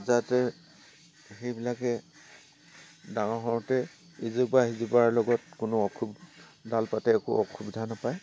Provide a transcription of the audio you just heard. যাতে সেইবিলাকে ডাঙৰ হওঁতে ইজোপা সিজোপাৰ লগত কোনো অসু ডাল পাতে একো অসুবিধা নাপায়